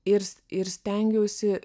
ir s ir stengiausi